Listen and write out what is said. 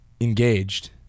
engaged